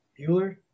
Bueller